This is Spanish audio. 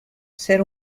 ser